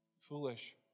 foolish